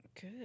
Good